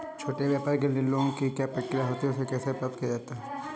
छोटे व्यापार के लिए लोंन की क्या प्रक्रिया होती है और इसे कैसे प्राप्त किया जाता है?